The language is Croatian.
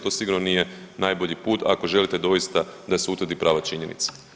To sigurno nije najbolji put ako želite doista da se utvrdi prava činjenica.